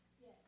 Yes